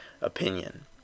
opinion